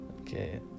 Okay